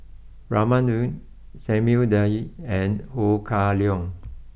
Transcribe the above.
Raman Daud Samuel Dyer and Ho Kah Leong